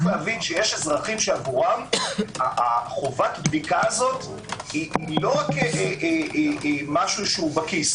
יש אזרחים שעבורם חובת הבדיקה הזאת לא רק משהו שהוא בכיס.